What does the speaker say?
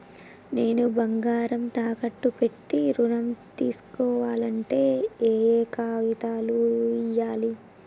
నేను బంగారం తాకట్టు పెట్టి ఋణం తీస్కోవాలంటే ఏయే కాగితాలు ఇయ్యాలి?